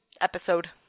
episode